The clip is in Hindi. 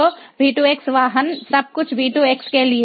तो V2X वाहन सब कुछ V2X के लिए